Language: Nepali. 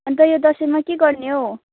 अनि त यो दसैँमा के गर्ने हो